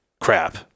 crap